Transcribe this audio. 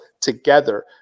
together